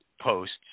posts